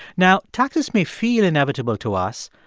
now, taxes may feel inevitable to us,